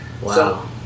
Wow